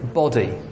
body